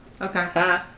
Okay